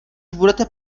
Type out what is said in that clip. budete